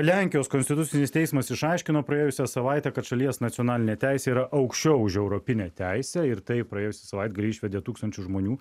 lenkijos konstitucinis teismas išaiškino praėjusią savaitę kad šalies nacionalinė teisė yra aukščiau už europinę teisę ir tai praėjusį savaitgalį išvedė tūkstančius žmonių